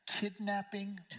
kidnapping